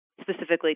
specifically